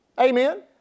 Amen